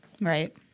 right